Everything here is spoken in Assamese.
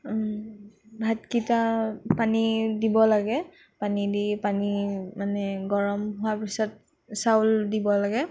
ভাতকেইটা পানী দিব লাগে পানী দি পানী মানে গৰম হোৱা পিছত চাউল দিব লাগে